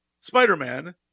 Spider-Man